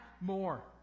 more